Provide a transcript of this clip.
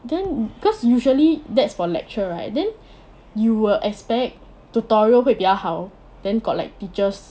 then cause usually that's for lecture right then you will expect tutorial 会比较好 then got like teachers